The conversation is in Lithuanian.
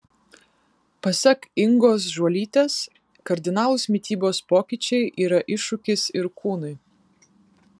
pasak ingos žuolytės kardinalūs mitybos pokyčiai yra iššūkis ir kūnui